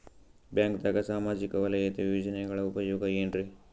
ಬ್ಯಾಂಕ್ದಾಗ ಸಾಮಾಜಿಕ ವಲಯದ ಯೋಜನೆಗಳ ಉಪಯೋಗ ಏನ್ರೀ?